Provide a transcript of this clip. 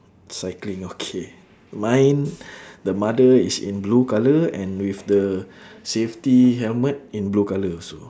cycling okay mine the mother is in blue colour and with the safety helmet in blue colour also